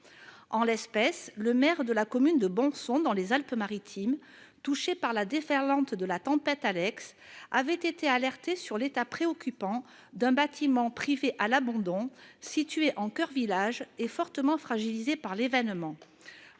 En l'espèce, le maire de la commune de Bonson, dans les Alpes-Maritimes, touchée par la déferlante de la tempête Alex en octobre 2020, avait été alerté sur l'état préoccupant d'un bâtiment privé à l'abandon, situé en coeur de village et fortement fragilisé par l'événement.